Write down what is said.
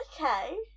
okay